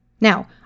Now